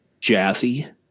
Jazzy